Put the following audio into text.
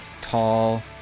tall